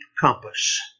compass